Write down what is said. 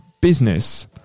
business